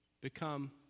become